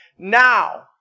Now